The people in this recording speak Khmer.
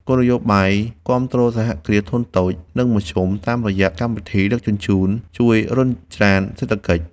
គោលនយោបាយគាំទ្រសហគ្រាសធុនតូច និងមធ្យមតាមរយៈកម្មវិធីដឹកជញ្ជូនជួយរុញច្រានសេដ្ឋកិច្ច។